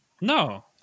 No